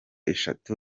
eshatu